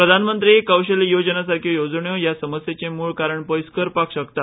प्रधानमंत्री क्शळटाय येवजणे सारक्यो येवजण्यो ह्या समस्येचे मूळ कारण पयस करपाक शकता